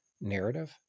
narrative